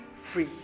free